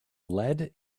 lead